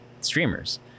streamers